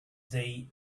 they